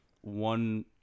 one